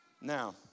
Now